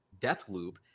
Deathloop